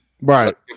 Right